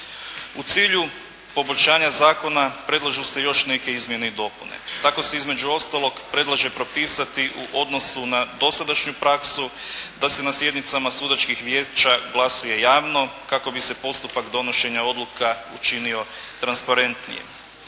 U cilju poboljšanja zakona predlažu se još neke izmjene i dopune. Tako se između ostaloga predlaže propisati u odnosu na dosadašnju praksu da se na sjednicama sudačkih vijeća glasuje javno kako bi se postupak donošenja odluka učinio transparentnije.